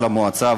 של המועצה,